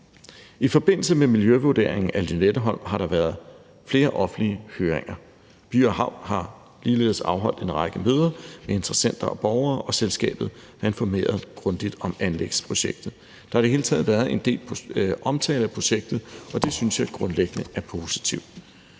I forbindelse med miljøvurderingen af Lynetteholm har der været flere offentlige høringer. By & Havn har ligeledes afholdt en række møder med interessenter og borgere, og selskabet er informeret grundigt om anlægsprojektet. Der har i det hele taget været en del omtale af projektet, og det synes jeg grundlæggende er positivt.